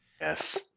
Yes